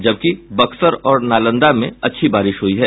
जबकि बक्सर और नालंदा में अच्छी बारिश हुयी है